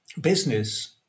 business